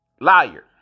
liar